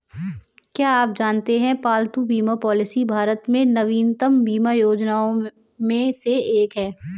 क्या आप जानते है पालतू बीमा पॉलिसी भारत में नवीनतम बीमा योजनाओं में से एक है?